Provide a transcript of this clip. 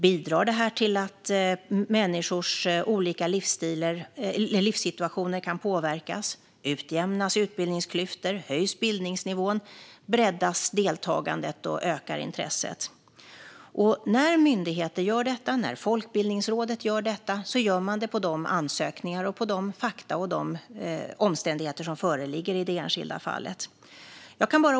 Bidrar detta till att människors olika livssituationer kan påverkas? Utjämnas utbildningsklyftor? Höjs bildningsnivån? Breddas deltagandet och ökar intresset? När myndigheter och Folkbildningsrådet gör detta gör man det på de ansökningar, fakta och omständigheter som föreligger i det enskilda fallet.